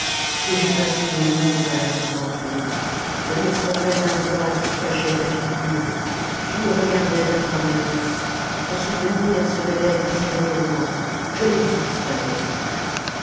que j'ai passé de nuits à la contempler elle me semblait un voile qui cachait ta figure tu me regardais à travers ton souvenir se mêlait à ses rayonnements je ne vous distinguais plus